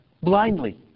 blindly